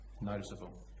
noticeable